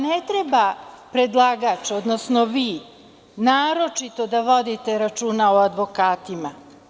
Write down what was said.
Ne treba predlagač, odnosno vi naročito da vodite računa o advokatima.